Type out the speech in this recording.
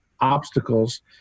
obstacles